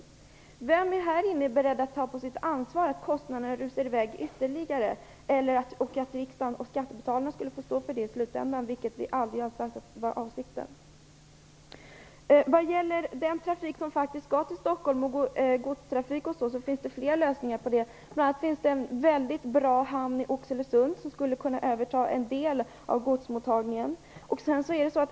Jag undrar vem som här inne är beredd att ta på sitt ansvar att kostnaderna rusar i väg ytterligare och att skattebetalarna skall få stå för dem i slutändan, vilket vi aldrig har uppfattat skulle vara avsikten. Vad gäller den trafik som faktiskt skall till Stockholm, godstrafik och liknande, finns det flera lösningar. Det finns en väldigt bra hamn i Oxelösund som skulle kunna överta en del av godsmottagningen.